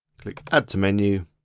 click add to menu.